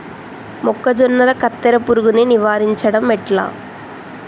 మొక్కజొన్నల కత్తెర పురుగుని నివారించడం ఎట్లా?